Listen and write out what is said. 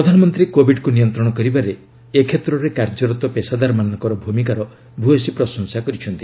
ପ୍ରଧାନମନ୍ତ୍ରୀ କୋଭିଡ୍କୁ ନିୟନ୍ତ୍ରଣ କରିବାରେ ଏ କ୍ଷେତ୍ରରେ କାର୍ଯ୍ୟରତ ପେଷାଦାର ମାନଙ୍କର ଭୂମିକାର ଭୂୟସୀ ପ୍ରଶଂସା କରିଛନ୍ତି